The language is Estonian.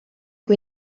kui